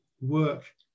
work